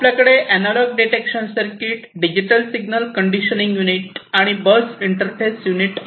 आपल्याकडे analog detection circuit digital signal conditioning unit आणि bus interfacing unit आहे